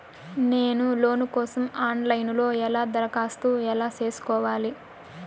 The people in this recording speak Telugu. నేను లోను కోసం ఆన్ లైను లో ఎలా దరఖాస్తు ఎలా సేసుకోవాలి?